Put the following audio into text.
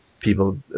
people